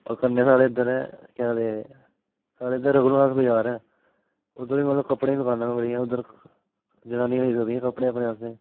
होर कन्नै स्हाड़े इद्धर ऐ केह् आखदे साढ़े इद्धर रघुनाथ बज़ार ऐ उद्धर बी मतलब कपड़े दियां दकानां न बड़ियां उद्धर जनानियां आई सकदियां कपड़ें अपने आस्तै